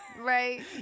right